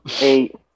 Eight